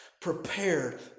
prepared